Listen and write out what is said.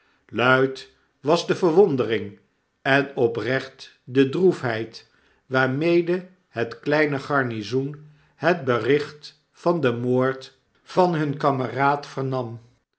luid was deverwonderingenoprecht de droefheid waarmede het kleine garnizoen het bericht van den moord van hun kameraad